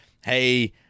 hey